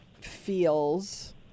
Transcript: feels